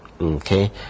okay